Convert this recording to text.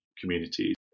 communities